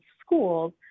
schools